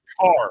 Car